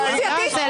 היוועצות סיעתית.